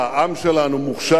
העם שלנו מוכשר.